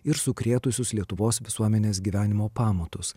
ir sukrėtusius lietuvos visuomenės gyvenimo pamatus